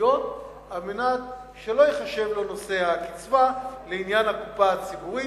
ממשלתיות על מנת שלא ייחשב לו נושא הקצבה לעניין הקופה הציבורית,